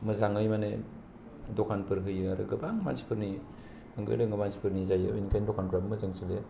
मोजांयै माने दखानफोर होयो आरो गोबां मानसि फोरनि होंगो दोंगो मानसिफोरनि जायो बेनि खायनो दखानफोराबो मोजां सोलियो